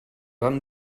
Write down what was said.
vam